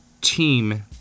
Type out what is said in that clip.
team